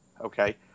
Okay